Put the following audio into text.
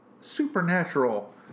Supernatural